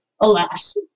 Alas